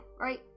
right